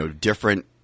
different –